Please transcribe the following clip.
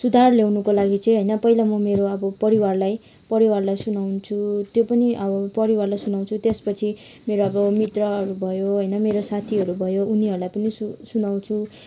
सुधार ल्याउनको लागि चाहिँ होइन पहिला म मेरो अब परिवारलाई परिवारलाई सुनाउँछु त्यो पनि अब परिवारलाई सुनाउँछु त्यसपछि मेरो अब मित्रहरू भयो होइन मेरो साथीहरू भयो उनीहरूलाई पनि सुनाउँछु